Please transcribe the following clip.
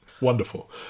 wonderful